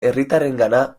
herritarrengana